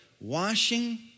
washing